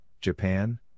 Japan